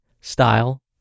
style